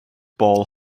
ball